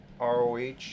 ROH